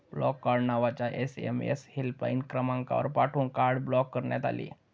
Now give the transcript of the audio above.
block card नावाचा SMS helpline क्रमांकावर पाठवून कार्ड ब्लॉक करण्यात आले